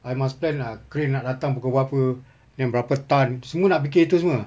I must plan ah crane nak datang pukul berapa then berapa tonne semua nak fikir itu semua